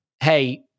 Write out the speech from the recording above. hey